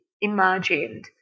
imagined